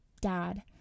dad